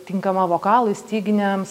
tinkama vokalui styginiams